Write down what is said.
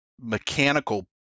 mechanical